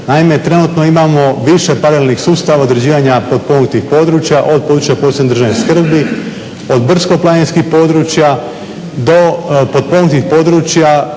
Naime trenutno imamo više paralelnih sustava određivanja potpomognutih područja, od područja posebne državne skrbi, od brdsko-planinskih područja do potpomognutih područja